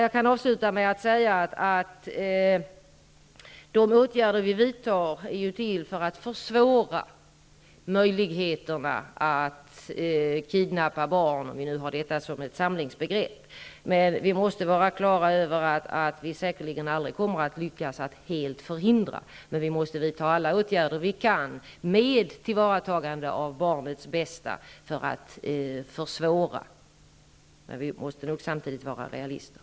Jag kan avsluta med att säga att de åtgärder som vi vidtar är till för att försvåra kidnappningar av barn, om vi nu använder det begreppet som ett samlingsbegrepp. Men vi måste vara på det klara med att vi säkerligen aldrig kommer att lyckas att helt förhindra sådana. Vi måste vidta alla åtgärder vi kan, med tillvaratagande av barnets bästa, för att försvåra. Samtidigt måste vi vara realister.